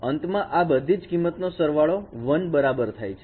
અંતમાં આ બધી જ કિંમતનો સરવાળો 1 બરાબર થાય છે